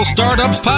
Startups